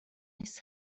his